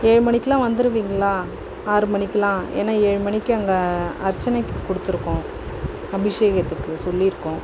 ஏழு மணிக்குலாம் வந்துருவிங்களா ஆறு மணிக்குலாம் ஏன்னா ஏழு மணிக்கு அங்கே அர்ச்சனைக்கு கொடுத்துருக்கோம் அபிஷேகத்துக்கு சொல்லிருக்கோம்